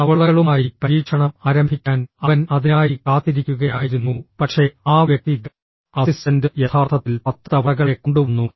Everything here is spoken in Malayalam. തവളകളുമായി പരീക്ഷണം ആരംഭിക്കാൻ അവൻ അതിനായി കാത്തിരിക്കുകയായിരുന്നു പക്ഷേ ആ വ്യക്തി അസിസ്റ്റന്റ് യഥാർത്ഥത്തിൽ പത്ത് തവളകളെ കൊണ്ടുവന്നു